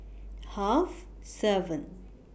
Half seven